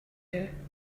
you